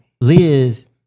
Liz